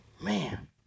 man